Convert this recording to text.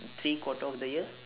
three quarter of the year